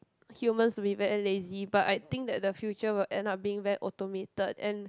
humans to be very lazy but I think that the future will end up being very automated and